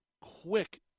quick